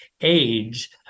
age